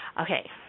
Okay